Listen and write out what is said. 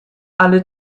alle